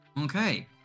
Okay